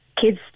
kids